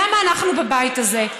למה אנחנו בבית הזה?